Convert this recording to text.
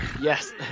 yes